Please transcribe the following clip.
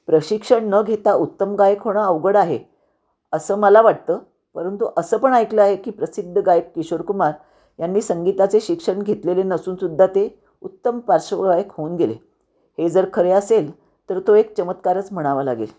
प्रशिक्षण न घेता उत्तम गायक होणं अवगड आहे असं मला वाटतं परंतु असं पण ऐकलं आहे की प्रसिद्ध गायक किशोर कुमार यांनी संगीताचे शिक्षण घेतलेले नसून सुद्धा ते उत्तम पार्श्वगायक होऊन गेले हे जर खरे असेल तर तो एक चमत्कारच म्हणावा लागेल